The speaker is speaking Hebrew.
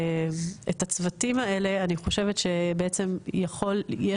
את הצוותים האלה אני חושבת שבעצם יש